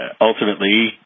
ultimately